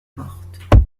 porte